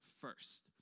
first